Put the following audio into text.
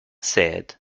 said